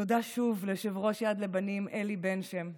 תודה שוב ליושב-ראש יד לבנים אלי בן שם.